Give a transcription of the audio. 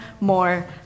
more